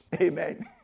Amen